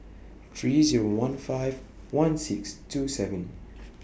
three Zero one five one six two seven